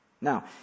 Now